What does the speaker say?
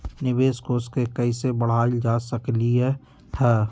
निवेश कोष के कइसे बढ़ाएल जा सकलई ह?